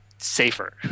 safer